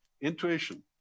intuition